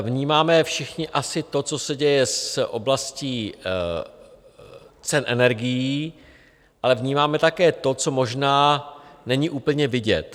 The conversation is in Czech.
Vnímáme všichni asi to, co se děje v oblasti cen energií, ale vnímáme také to, co možná není úplně vidět.